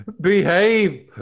behave